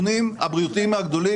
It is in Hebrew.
מבחינת צריכת משקאות ובריאות,